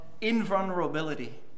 invulnerability